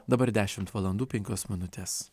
dabar dešimt valandų penkios minutės